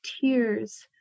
tears